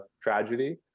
tragedy